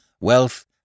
wealth